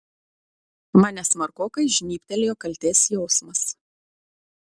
mane smarkokai žnybtelėjo kaltės jausmas